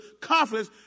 confidence